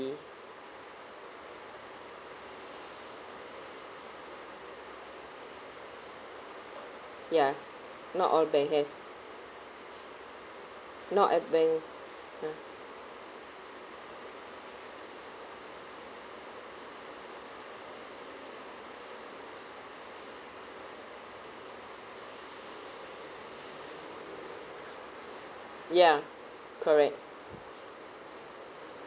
ya not all bank have not every bank ah ya correct